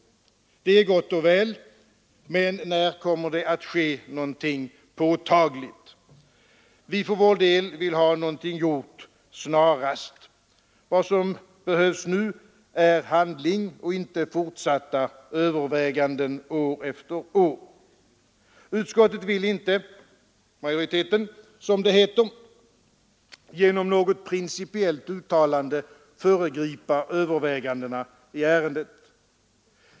Det är gott och väl, men när kommer det att ske någonting påtagligt? Vi för vår del vill ha någonting gjort snarast. Vad som behövs nu är handling och inte fortsatta överväganden år efter år. Utskottet — majoriteten, som det heter — vill inte genom något principiellt uttalande föregripa övervägandena i ärendet.